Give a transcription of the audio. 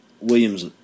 Williams